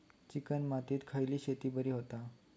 Chicken मातीत खयली शेती बरी होता?